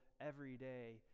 everyday